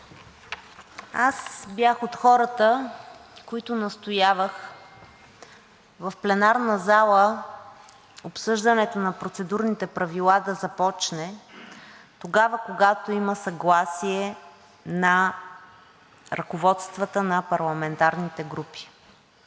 Аз бях от хората, които настояваха в пленарната зала обсъждането на процедурните правила да започне тогава, когато има съгласие на ръководствата на парламентарните групи